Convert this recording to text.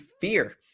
fear